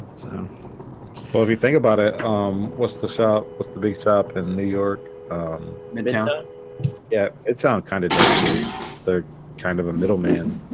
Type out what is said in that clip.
so well if you think about it um what's the shop what's the big shop in new york yeah ah yeah it sound kind of does this they're kind of a middleman